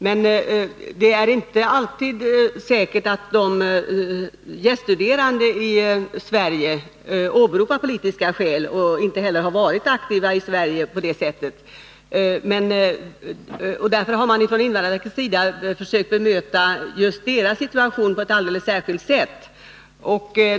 Men det är inte alltid säkert att de gäststuderande i Sverige åberopar politiska skäl och att de har varit aktiva i Sverige på det sättet. Därför har man från invandrarverkets sida försökt att bemöta just deras situation på ett alldeles särskilt sätt.